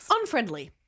Unfriendly